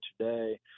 today